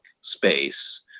space